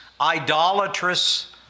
idolatrous